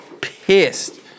pissed